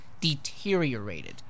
deteriorated